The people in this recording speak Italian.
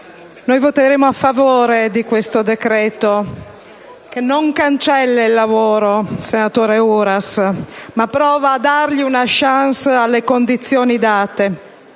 voteremo a favore di questo decreto-legge, che non cancella il lavoro, senatore Uras, ma che prova a dargli una *chance* nelle condizioni date,